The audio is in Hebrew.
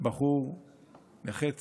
בחור נכה צה"ל,